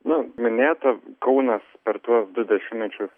na minėta kaunas per tuos du dešimtmečius